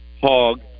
hog